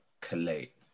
collate